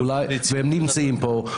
הם נמצאים פה,